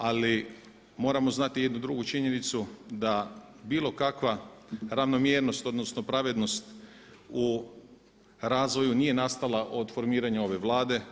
Ali moramo znati i jednu drugu činjenicu da bilo kakva ravnomjernost, odnosno pravednost u razvoju nije nastala od formiranja ove Vlade.